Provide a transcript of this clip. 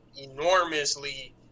enormously